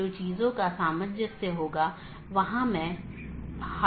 जिसके माध्यम से AS hops लेता है